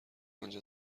اونجا